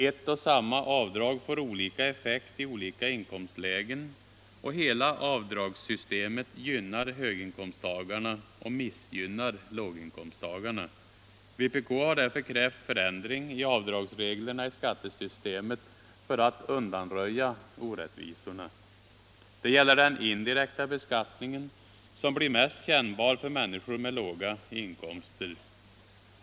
Ett och samma avdrag får olika effekt i olika inkomstlägen och hela avdragssystemet gynnar höginkomsttagarna och missgynnar låginkomsttagarna. Vpk har därför krävt förändring av avdragsreglerna i skattesystemet för att undanröja orättvisorna. Detta gäller den indirekta beskattningen, som blir mest kännbar för människor med låga inkomster.